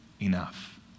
enough